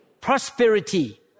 prosperity